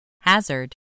Hazard